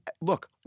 look